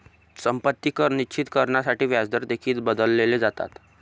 संपत्ती कर निश्चित करण्यासाठी व्याजदर देखील बदलले जातात